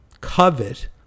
covet